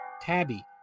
Tabby